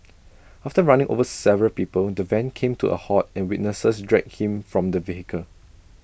after running over several people the van came to A halt and witnesses dragged him from the vehicle